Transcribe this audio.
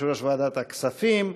יושב-ראש ועדת הכספים,